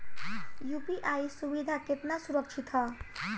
UPI सुविधा केतना सुरक्षित ह?